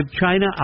China